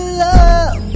love